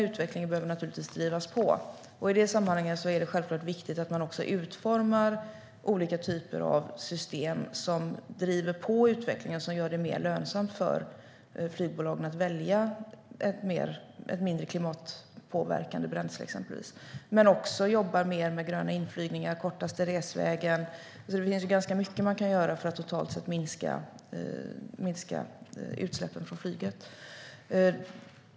Utvecklingen behöver naturligtvis drivas på. I det sammanhanget är det självklart viktigt att man utformar olika typer av system som driver på utvecklingen och gör det mer lönsamt för flygbolag att välja ett mindre klimatpåverkande bränsle exempelvis. Men det handlar också om att jobba mer med gröna inflygningar och kortaste resvägen. Det är ganska mycket man kan göra för att totalt sett minska utsläppen från flyget.